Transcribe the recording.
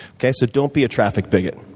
okay? so don't be a traffic bigot.